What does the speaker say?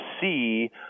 see